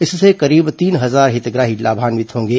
इससे करीब तीन हजार हितग्राही लाभान्वित होंगे